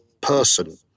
person